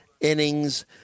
innings